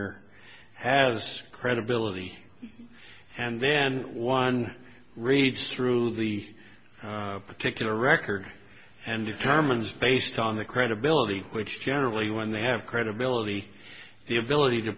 er has credibility and then one reads through the particular record and determines based on the credibility which generally when they have credibility the ability to